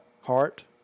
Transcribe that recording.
heart